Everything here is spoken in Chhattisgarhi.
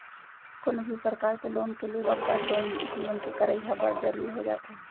कोनो भी परकार के लोन के लेवब बर लोन एग्रीमेंट के करई ह बड़ जरुरी हो जाथे